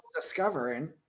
discovering